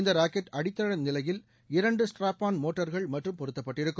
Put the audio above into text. இந்த ராக்கெட் அடித்தள நிலையில் இரண்டு ஸ்ட்ராப்ஆன் மோட்டார்கள் மட்டும் பொருத்தப்பட்டிருக்கும்